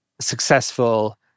successful